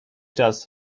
czas